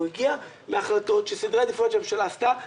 הוא הגיע מהחלטות של סדרי העדיפויות שהממשלה עשתה,